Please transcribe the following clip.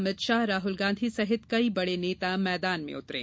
अमित शाह राहुल गांधी सहित कई बड़े नेता मैदान में उतरे